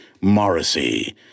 Morrissey